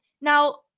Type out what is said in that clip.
Now